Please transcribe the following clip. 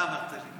מה אמרת לי?